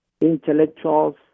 intellectuals